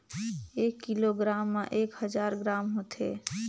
एक किलोग्राम म एक हजार ग्राम होथे